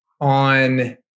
on